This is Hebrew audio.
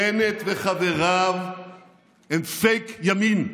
בנט וחבריו הם פייק ימין,